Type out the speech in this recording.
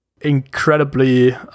incredibly